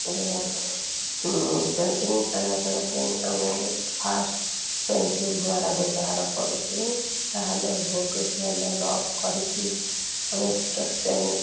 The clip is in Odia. ବ୍ୟବହାର ପେଣ୍ଟିଂ ଆମେ କରିବା ପାଇଁ ଆମେ ଫାଷ୍ଟ୍ ପେନ୍ସିଲ୍ ଦ୍ଵାରା ବ୍ୟବହାର କରୁଛୁ ତା'ହେଲେ ଭୁଲ୍ କିଛି ହେଲେ ରଫ୍ କରିକି ଆମେ ସ୍କେଚ୍ ପେନ୍